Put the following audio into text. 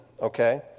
okay